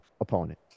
opponent